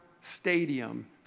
Stadium